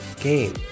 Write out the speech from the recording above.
game